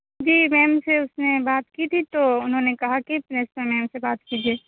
جی ma'am سے اُس نے بات کی تھی تو اُنہوں نے کہا کہ پرنسپل میم سے بات کیجیے